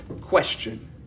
question